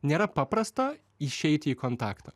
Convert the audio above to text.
nėra paprasta išeiti į kontaktą